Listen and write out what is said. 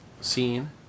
scene